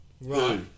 Right